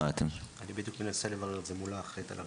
אני בדיוק מנסה לברר מול האחראית על הרשות.